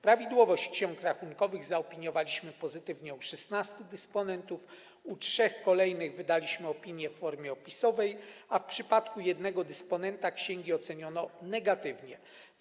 Prawidłowość ksiąg rachunkowych zaopiniowaliśmy pozytywnie u 16 dysponentów, u 3 kolejnych wydaliśmy opinię w formie opisowej, a w przypadku 1 dysponenta księgi oceniono negatywnie.